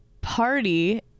party